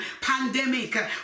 pandemic